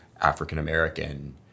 African-American